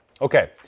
Okay